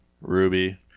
Ruby